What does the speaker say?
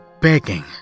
begging